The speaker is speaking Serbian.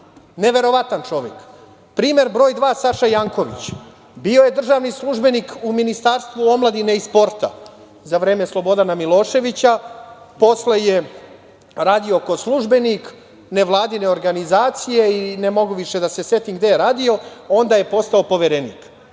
Neverovatan čovek. Primer broj dva, Saša Janković. Bio je državni službenik u ministarstvu omladine i sporta, za vreme Slobodana Miloševića, posle je radio, kao službenik nevladine organizacije i ne mogu više da se setim gde je radio, onda je postao poverenik.